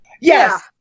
Yes